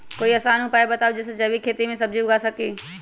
कोई आसान उपाय बताइ जे से जैविक खेती में सब्जी उगा सकीं?